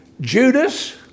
Judas